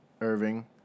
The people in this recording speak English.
Irving